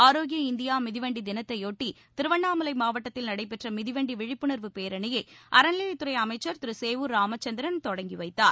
ஆரோக்கிய India மிதிவண்டி தினத்தையொட்டி திருவண்ணாமலை மாவட்டத்தில் நடைபெற்ற மிதிவண்டி விழிப்புணர்வு பேரணியை அறநிலையத்துறை அமைச்சர் திரு சேவூர் ராமச்சந்திரன் தொடங்கி வைத்தார்